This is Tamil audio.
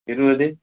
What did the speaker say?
இருபது